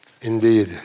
Indeed